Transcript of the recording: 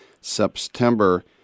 September